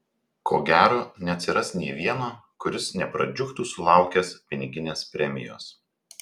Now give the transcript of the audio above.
ko gero neatsiras nė vieno kuris nepradžiugtų sulaukęs piniginės premijos